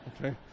okay